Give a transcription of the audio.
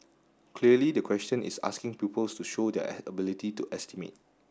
clearly the question is asking pupils to show their ability to estimate